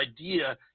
idea